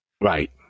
right